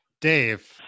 Dave